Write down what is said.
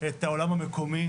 את העולם המקומי,